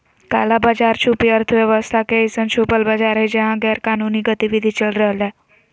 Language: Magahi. काला बाज़ार छुपी अर्थव्यवस्था के अइसन छुपल बाज़ार हइ जहा गैरकानूनी गतिविधि चल रहलय